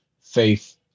faith